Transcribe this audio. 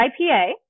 IPA